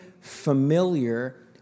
familiar